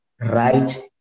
right